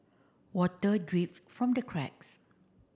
water drips from the cracks